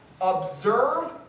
observe